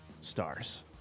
Stars